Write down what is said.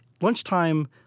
lunchtime